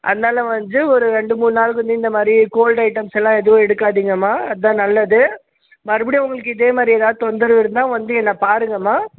அதனால வந்து ஒரு ரெண்டு மூண் நாளுக்கு வந்து இந்த மாதிரி கோல்டு ஐட்டம்ஸ் எல்லாம் எதுவும் எடுக்காதிங்கம்மா அதான் நல்லது மறுபடியும் உங்களுக்கு இதே மாதிரி எதாவது தொந்தரவு இருந்தால் வந்து என்ன பாருங்கம்மா